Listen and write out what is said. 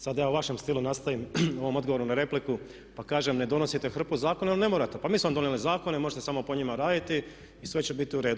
Sada da ja u vašem stilu nastavim u ovom odgovoru na repliku pa kažem, ne donosite hrpu zakona jer ne morate, pa mi smo vam donijeli zakone, možete samo po njima raditi i sve će biti u redu.